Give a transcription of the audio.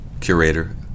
curator